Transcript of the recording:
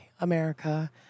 America